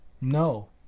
No